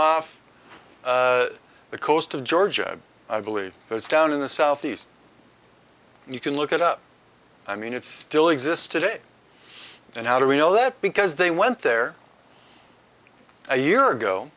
off the coast of georgia i believe it was down in the southeast and you can look it up i mean it still exists today and how do we know that because they went there a year ago